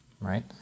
right